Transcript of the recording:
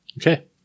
Okay